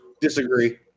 disagree